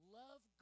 love